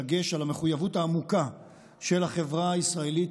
דגש על המחויבות העמוקה של החברה הישראלית